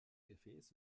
gefäß